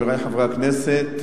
חברי חברי הכנסת,